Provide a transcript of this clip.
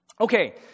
Okay